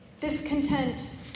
discontent